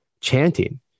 chanting